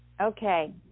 Okay